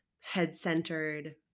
head-centered